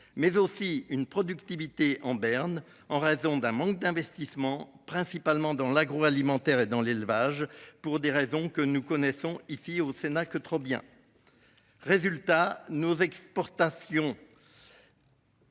Mais aussi une productivité en berne en raison d'un manque d'investissements, principalement dans l'agroalimentaire et dans l'élevage pour des raisons que nous connaissons, ici au Sénat que trop bien. Résultat, nos exportations.